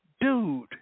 dude